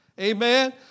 Amen